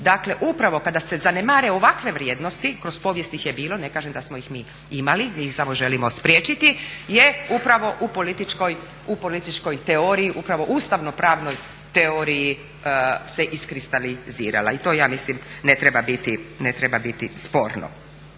Dakle, upravo kada se zanemare ovakve vrijednosti, kroz povijest ih je bilo, ne kažem da smo ih mi imali, mi ih samo želimo spriječiti, je upravo u političkoj teoriji, upravo ustavnopravnoj teoriji se iskristalizirala. I to ja mislim ne treba biti, ne